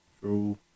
True